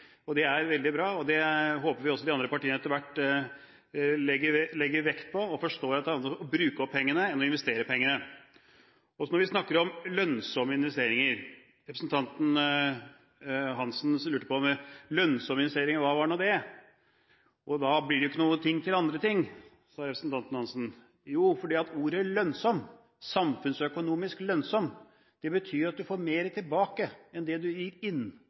det håper vi også de andre partiene etter hvert legger vekt på, og at de forstår at det er bedre å bruke opp pengene enn å investere pengene. Når vi snakker om «lønnsomme investeringer»: Representanten Hansen lurte på hva «lønnsomme investeringer» er for noe. Da blir det jo ikke noe penger igjen til andre ting, sa representanten Hansen. Jo, fordi «samfunnsøkonomisk lønnsom» betyr at du får mer tilbake enn det du gir inn